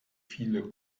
viele